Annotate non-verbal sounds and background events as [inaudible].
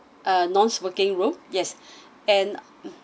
uh non smoking room yes [breath] and